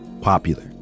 popular